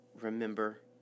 remember